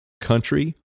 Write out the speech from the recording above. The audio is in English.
country